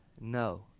no